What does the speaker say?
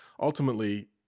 ultimately